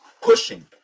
pushing